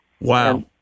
Wow